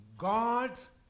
God's